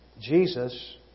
Jesus